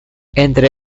entre